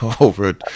over